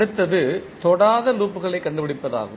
அடுத்தது தொடாத லூப்களை கண்டுபிடிப்பது ஆகும்